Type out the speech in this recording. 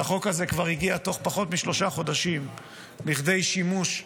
ותוך פחות משלושה חודשים החוק הזה כבר הגיע לכדי שימוש,